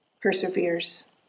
perseveres